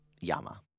Yama